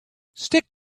stick